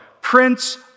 Prince